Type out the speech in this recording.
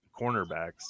cornerbacks